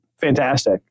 fantastic